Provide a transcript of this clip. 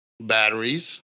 Batteries